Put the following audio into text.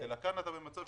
ובהקשר הזה,